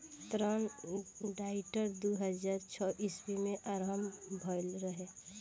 ऋण डाइट दू हज़ार छौ ईस्वी में आरंभ भईल रहे